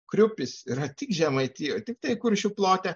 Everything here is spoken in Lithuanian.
kriupis yra tik žemaitijoje tiktai kuršių plote